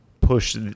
push